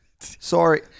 Sorry